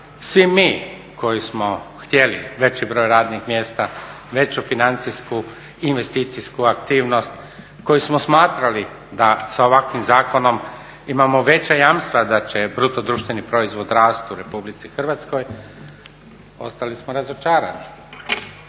svi mi koji smo htjeli veći broj radnih mjesta, veću financijsku investicijsku aktivnost, koji smo smatrali da sa ovakvim zakonom imamo veća jamstva da će bruto društveni proizvod rasti u Republici Hrvatskoj ostali smo razočarani.